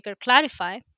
Clarify